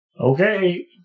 Okay